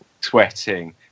sweating